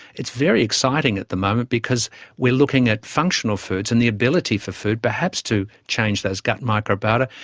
it's very exciting at the moment because we are looking at functional foods and the ability for food perhaps to change those gut microbiota,